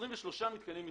ו-23 מתקני מחזור.